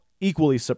Equally